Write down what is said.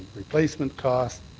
replacement cost,